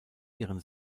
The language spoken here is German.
ihren